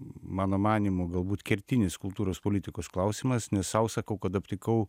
mano manymu galbūt kertinis kultūros politikos klausimas nes sau sakau kad aptikau